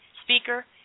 speaker